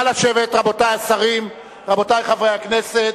חברי הכנסת,